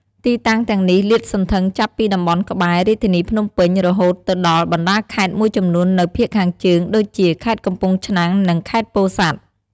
ទីតាំងទាំងនេះលាតសន្ធឹងចាប់ពីតំបន់ក្បែរ រាជធានីភ្នំពេញ រហូតទៅដល់បណ្តាខេត្តមួយចំនួននៅភាគខាងជើងដូចជា ខេត្តកំពង់ឆ្នាំង និង ខេត្តពោធិ៍សាត់។